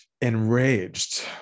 enraged